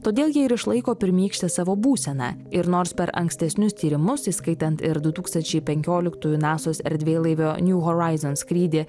todėl jie ir išlaiko pirmykštę savo būseną ir nors per ankstesnius tyrimus įskaitant ir du tūkstančiai penkioliktųjų nasos erdvėlaivio new horizons skrydį